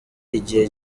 igihe